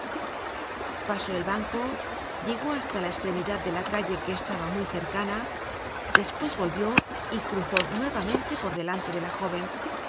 pasó el banco llegó hasta la estremidad de la calle que estaba muy cercana despues volvió y cruzó nuevamente por delante de la jóven